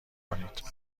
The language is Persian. کنید